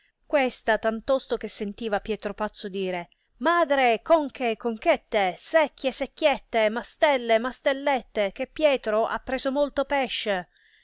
questa tantosto che sentiva pietro pazzo dire madre conche conchette secchie secchiette mastelle mastellette che pietro ha preso molto pesce